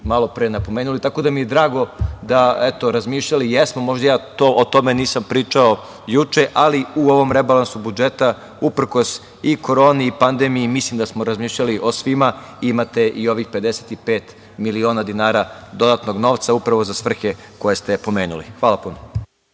malo pre napomenuli. Tako da, drago mi je da, eto, razmišljali jesmo, možda ja o tome nisam pričao juče, ali u ovom rebalansu budžeta, uprkos i koroni i pandemiji, mislim da smo razmišljali o svima. Imate i ovih 55 miliona dinara dodatnog novca upravo za svrhe koje ste pomenuli. Hvala vam puno.